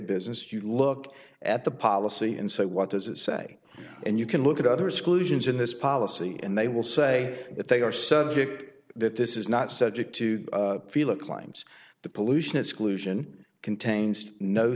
business you look at the policy and say what does it say and you can look at other schools in this policy and they will say that they are subject that this is not subject to feel like lines the pollution exclusion contains no